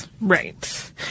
right